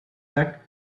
that